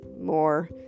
more